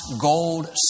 gold